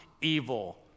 evil